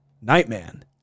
Nightman